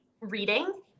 reading